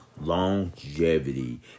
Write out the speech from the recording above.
longevity